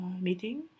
meeting